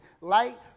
light